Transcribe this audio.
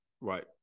right